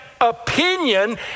opinion